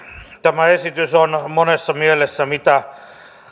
tämä esitys on monessa mielessä mitä